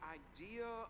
idea